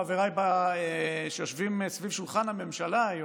חבריי שיושבים סביב שולחן הממשלה היום,